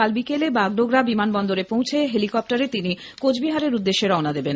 কাল বিকেলে বাগডোগরা বিমানবন্দরে পৌঁছে হেলিকপ্টারে তিনি কোচবিহারের উদ্দেশ্যে রওনা দেবেন